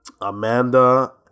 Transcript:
Amanda